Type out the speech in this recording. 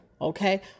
Okay